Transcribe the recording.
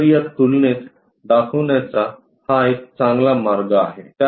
तर या तुलनेत दाखवण्याचा हा एक चांगला मार्ग आहे